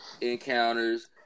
encounters